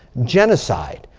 genocide,